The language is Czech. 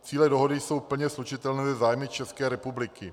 Cíle dohody jsou plně slučitelné se zájmy České republiky.